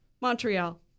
Montreal